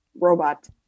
robot